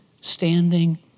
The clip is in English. standing